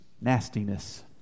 nastiness